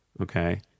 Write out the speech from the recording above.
Okay